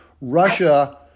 Russia